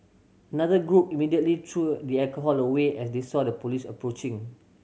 another group immediately threw the alcohol away as they saw the police approaching